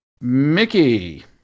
Mickey